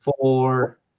four